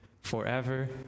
forever